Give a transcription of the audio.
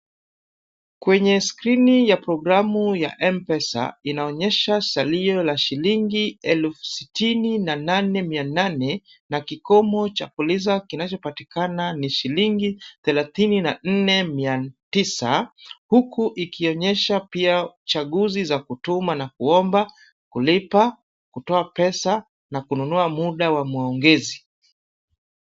Kwenye skrini ya programu ya M-Pesa, inaonyesha salio la shilingi elfu sitini mia nane na nane na kikomo cha fuliza kinachopatikana ni shilingi thelathini na nne mia tisa huku ikioyesha pia chaguzi za kutuma na kuomba, kulipa, kutoa pesa na kununua muda wa maongezi.